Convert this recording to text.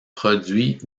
produits